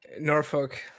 Norfolk